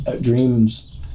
dreams